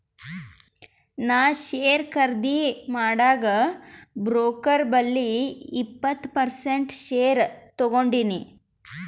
ನಾ ಶೇರ್ ಖರ್ದಿ ಮಾಡಾಗ್ ಬ್ರೋಕರ್ ಬಲ್ಲಿ ಇಪ್ಪತ್ ಪರ್ಸೆಂಟ್ ಶೇರ್ ತಗೊಂಡಿನಿ